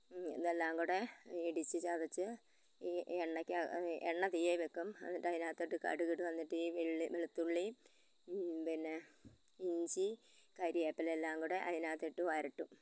ഇതെല്ലാങ്കൂടെ ഇടിച്ച് ചതച്ച് ഈ എണ്ണ തീയേ വയ്ക്കും എന്നിട്ടതിനകത്തോട്ട് കടുകിടും എന്നിട്ടീ വെളുത്തുള്ളിയും പിന്നെ ഇഞ്ചി കറിവേപ്പിലയെല്ലാം കൂടെ അതിനകത്തിട്ട് വരട്ടും